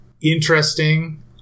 interesting